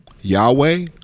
Yahweh